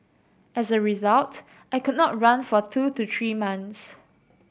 as a result I could not run for two to three months